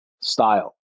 style